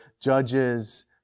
judges